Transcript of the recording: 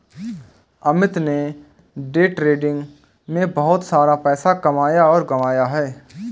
अमित ने day trading में बहुत सारा पैसा कमाया और गंवाया है